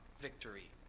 victory